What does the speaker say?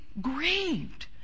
grieved